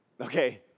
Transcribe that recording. okay